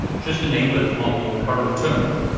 just enable it on your current terminal.